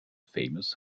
famous